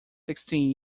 sixteen